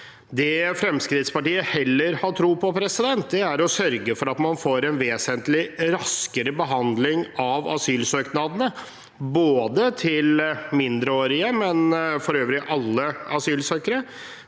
Det Fremskrittspartiet heller har tro på, er å sørge for at man får en vesentlig raskere behandling av asylsøknadene til mindreårige og for øvrig alle asylsøkere.